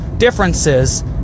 differences